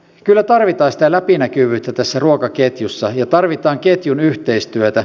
kyllä tarvitaan sitä läpinäkyvyyttä tässä ruokaketjussa ja tarvitaan ketjun yhteistyötä